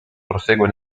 prosegue